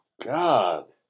God